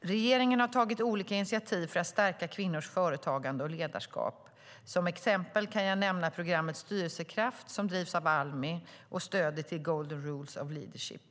Regeringen har tagit olika initiativ för att stärka kvinnors företagande och ledarskap. Som exempel kan jag nämna programmet Styrelsekraft, som drivs av Almi, och stödet till Golden Rules of Leadership.